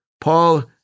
Paul